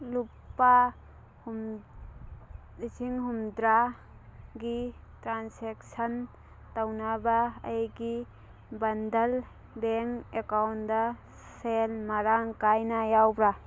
ꯂꯨꯄꯥ ꯂꯤꯁꯤꯡ ꯍꯨꯝꯗ꯭ꯔꯥ ꯒꯤ ꯇ꯭ꯔꯥꯟꯖꯦꯛꯁꯟ ꯇꯧꯅꯕ ꯑꯩꯒꯤ ꯕꯟꯙꯟ ꯕꯦꯡ ꯑꯦꯛꯀꯥꯎꯟꯗ ꯁꯦꯜ ꯃꯔꯥꯡ ꯀꯥꯏꯅ ꯌꯥꯎꯕ꯭ꯔꯥ